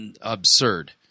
absurd